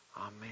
Amen